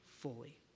fully